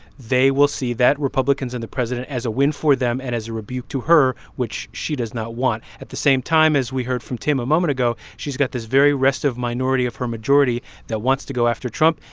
they will see that republicans and the president as a win for them and as a rebuke to her, which she does not want. at the same time, as we heard from tim a moment ago, she's got this very restive minority of her majority that wants to go after trump.